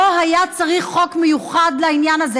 לא היה צריך חוק מיוחד לעניין הזה.